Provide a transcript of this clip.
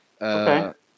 Okay